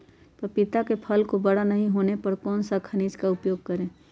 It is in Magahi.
पपीता के फल को बड़ा नहीं होने पर कौन सा खनिज का उपयोग करें?